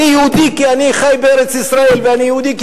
אני יהודי כי אני חי בארץ-ישראל ואני יהודי כי